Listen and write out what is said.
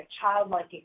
childlike